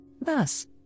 Thus